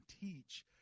teach